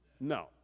No